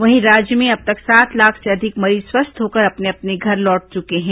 वहीं राज्य में अब तक सात लाख से अधिक मरीज स्वस्थ होकर अपने अपने घर लौटे चुके हैं